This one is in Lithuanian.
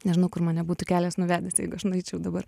nežinau kur mane būtų kelias nuvedęs jeigu aš nueičiau dabar